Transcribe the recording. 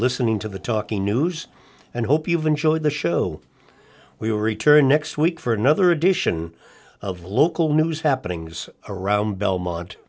listening to the talking news and hope you've enjoyed the show we were returning next week for another edition of local news happening around belmont